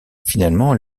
finalement